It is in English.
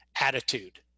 attitude